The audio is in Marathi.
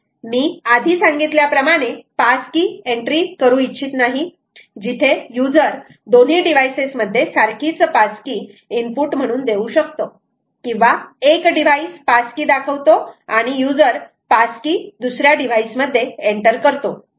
मी आधी सांगितल्याप्रमाणे पास की एन्ट्री करू इच्छित नाही जिथे यूजर दोन्ही डिव्हाइसेस मध्ये सारखीच पास की इनपुट म्हणून देऊ शकतो किंवा एक डिव्हाईस पास की दाखवतो आणि युजर पास की दुसऱ्या डिव्हाईस मध्ये एंटर करतो